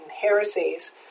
heresies